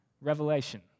revelation